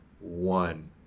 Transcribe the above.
one